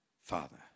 Father